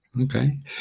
okay